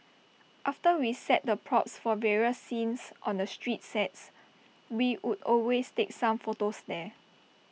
after we set the props for various scenes on the street sets we would always take some photos there